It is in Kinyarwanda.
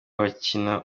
bakina